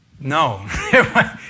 No